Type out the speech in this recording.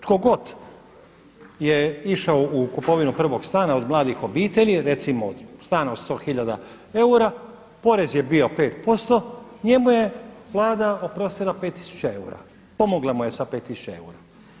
Tko god je išao u kupovinu prvog stana od mladih obitelji, recimo od stana od 100 hiljada eura, porez je bio 5%, njemu je Vlada oprostila 5 tisuća eura, pomogla mu je sa 5 tisuća eura.